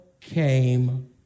came